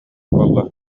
буолла